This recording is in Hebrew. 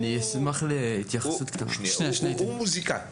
הוא מוזיקאי,